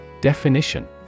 Definition